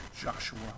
Joshua